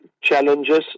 challenges